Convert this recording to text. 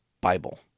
Bible